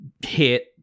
hit